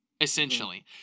Essentially